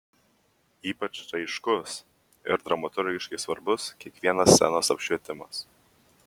ypač raiškus ir dramaturgiškai svarbus kiekvienas scenos apšvietimas